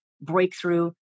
breakthrough